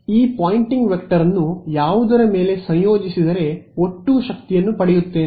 ನಾನು ಈ Poynting vector ಅನ್ನು ಯಾವುದರ ಮೇಲೆ ಸಂಯೋಜಿಸಿದರೆ ಒಟ್ಟು ಶಕ್ತಿಯನ್ನು ಪಡೆಯುತ್ತೇನೆ